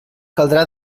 caldrà